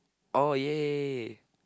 oh ya